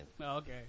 Okay